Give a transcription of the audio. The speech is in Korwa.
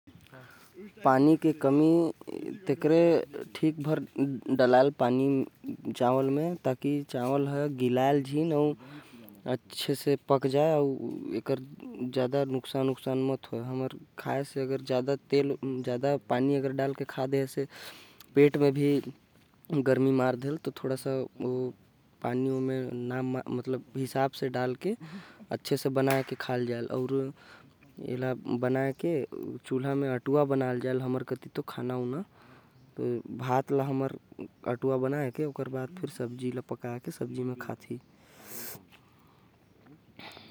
पानी के कमी के कारण ही हमन ल सही से पकल खाना मिलथे। अगर खाना म पानी के कमी नही होही तो खाना सही से पक नही पाहि। चावल पकाये बर पानी के ध्यान देना बहुत जरूरी हवे। ओकरे बाद ओके तै खा सकत हस।